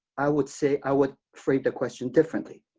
i would say, i would frame the question differently.